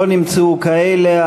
לא נמצאו כאלה.